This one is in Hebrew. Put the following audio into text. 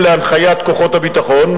אני אחזור על זה עוד פעם.